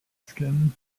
skin